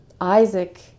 Isaac